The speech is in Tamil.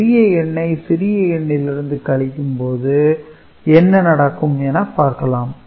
பெரிய எண்ணை சிறிய எண்ணிலிருந்து கழிக்கும் போது என்ன நடக்கும் என பார்க்கலாம்